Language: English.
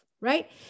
right